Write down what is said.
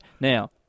Now